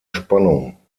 spannung